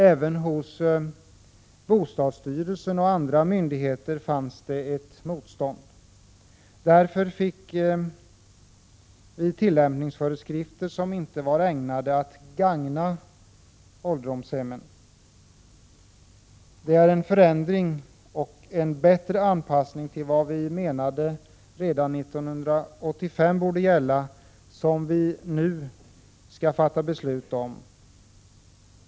Även hos bostadsstyrelsen och andra myndigheter fanns det ett motstånd, och därför utfärdades tillämpningsföreskrifter som inte var ägnade att gagna ålderdomshemmen. Vad vi skall fatta beslut om nu är en förändring och en bättre anpassning till vad vi i centern redan 1985 menade borde gälla.